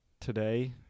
today